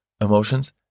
emotions